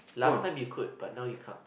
last time you could but now you can't